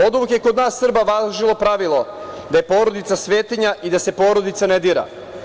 Oduvek je kod nas Srba važilo pravilo da je porodica svetinja i da se porodica ne dira.